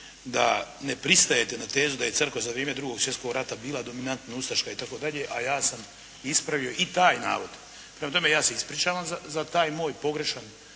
da ne pristajete na tezu da je Crkva za vrijeme Drugog svjetskog rata bila dominantna ustaška itd., a ja sam ispravio i taj navod. Prema tome, ja se ispričavam za taj moj pogrešan